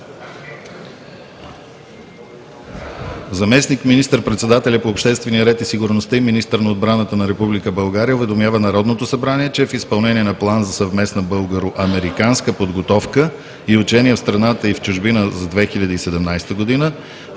Заместник министър-председателят по обществения ред и сигурността и министър на отбраната на Република България уведомява Народното събрание, че в изпълнение на Плана за съвместна българо-американска подготовка и учения в страната и в чужбина за 2017 г.